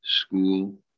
school